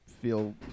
feel